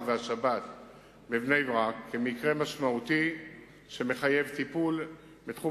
והשבת בבני-ברק מקרה משמעותי שמחייב טיפול בתחום